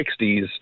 60s